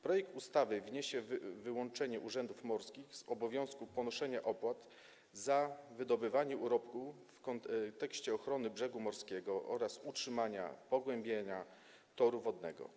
Projekt ustawy wniesie wyłączenie urzędów morskich z obowiązku ponoszenia opłat za wydobywanie urobku w kontekście ochrony brzegu morskiego oraz utrzymania/pogłębiania toru wodnego.